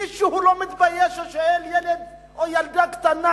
מישהו לא מתבייש ושואל ילד או ילדה קטנה,